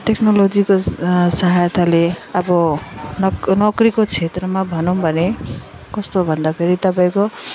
टेक्नोलोजीको सहायताले अब नोक नोकरीको क्षेत्रमा भनौँ भने कस्तो भन्दाखेरि तपाईँको